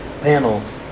panels